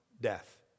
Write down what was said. death